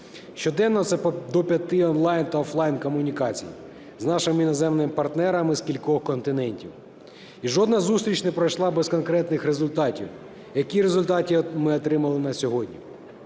Щоденно до п'яти онлайн та офлайн комунікацій з нашими іноземними партнерами з кількох континентів. І жодна зустріч не пройшла без конкретних результатів. Які результати ми отримали на сьогодні?